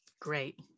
great